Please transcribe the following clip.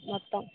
మొత్తం